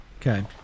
Okay